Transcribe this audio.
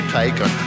taken